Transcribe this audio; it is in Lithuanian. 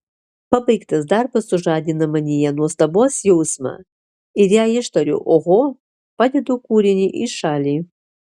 pabaigtas darbas sužadina manyje nuostabos jausmą ir jei ištariu oho padedu kūrinį į šalį